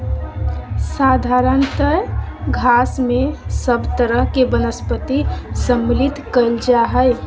साधारणतय घास में सब तरह के वनस्पति सम्मिलित कइल जा हइ